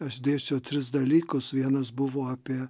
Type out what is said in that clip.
aš dėsčiau tris dalykus vienas buvo apie